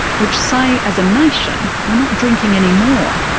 which say as a nation we're not drinking any more.